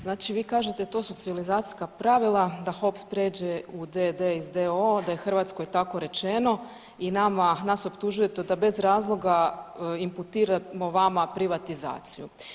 Znači vi kažete, to su civilizacijska pravila da HOPS pređe u d.d. iz d.o.o., a je Hrvatskoj tako rečeno i nama, nas optužujete da bez razloga imputiramo vama privatizaciju.